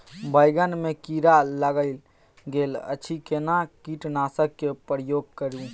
बैंगन में कीरा लाईग गेल अछि केना कीटनासक के प्रयोग करू?